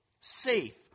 safe